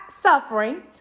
suffering